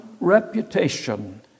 reputation